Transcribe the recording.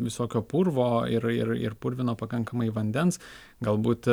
visokio purvo ir ir ir purvino pakankamai vandens galbūt